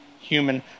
human